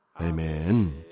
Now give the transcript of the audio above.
Amen